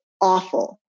awful